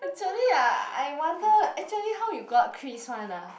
actually ah I wonder actually how you got Chris one ah